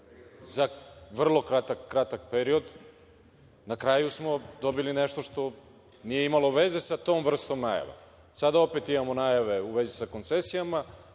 za vrlo kratak period. Na kraju smo dobili nešto što nije imalo veze sa tom vrstom najave. Sada opet imamo najave u vezi sa koncesijama,